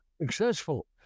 successful